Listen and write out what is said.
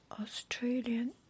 Australian